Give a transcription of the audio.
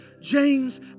James